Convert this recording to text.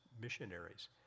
missionaries